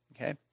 Okay